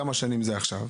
שנים זה עכשיו,